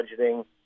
budgeting